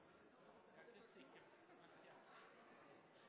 Her er det